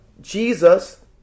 Jesus